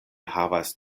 havas